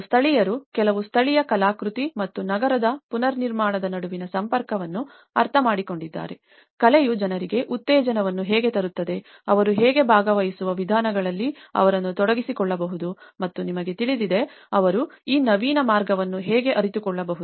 ಮತ್ತು ಸ್ಥಳೀಯರು ಕೆಲವು ಸ್ಥಳೀಯರು ಕಲಾಕೃತಿ ಮತ್ತು ನಗರದ ಪುನರ್ನಿರ್ಮಾಣದ ನಡುವಿನ ಸಂಪರ್ಕವನ್ನು ಅರ್ಥಮಾಡಿಕೊಂಡಿದ್ದಾರೆ ಕಲೆಯು ಜನರಿಗೆ ಉತ್ತೇಜನವನ್ನು ಹೇಗೆ ತರುತ್ತದೆ ಅವರು ಹೇಗೆ ಭಾಗವಹಿಸುವ ವಿಧಾನಗಳಲ್ಲಿ ಅವರನ್ನು ತೊಡಗಿಸಿಕೊಳ್ಳಬಹುದು ಮತ್ತು ನಿಮಗೆ ತಿಳಿದಿದೆ ಅವರು ಈ ನವೀನ ಮಾರ್ಗವನ್ನು ಹೇಗೆ ಅರಿತುಕೊಳ್ಳಬಹುದು